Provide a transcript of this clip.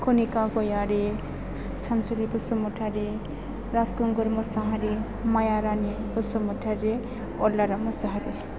Kanika Gayari Sansuri Basumatary Rajkhungur Mushahary Mayarani Basumatary Alara Mushahary